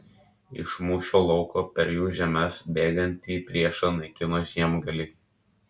iš mūšio lauko per jų žemes bėgantį priešą naikino žiemgaliai